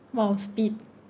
!wow! speed